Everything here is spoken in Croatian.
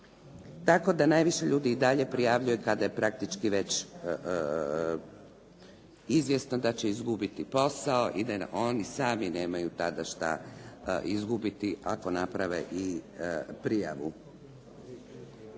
tako da najviše ljudi i dalje prijavljuje kada je praktički već izvjesno da će izgubiti posao i da ni oni sami nemaju tada što izgubiti ako naprave i prijavu.